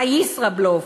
הישראבלוף,